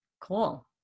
Cool